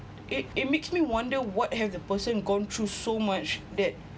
it it makes me wonder what have the person gone through so much that